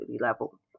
level